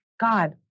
God